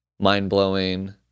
mind-blowing